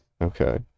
Okay